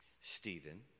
Stephen